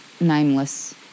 nameless